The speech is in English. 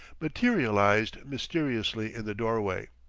materialized mysteriously in the doorway.